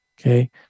Okay